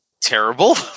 Terrible